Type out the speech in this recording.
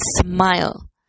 smile